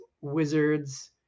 wizards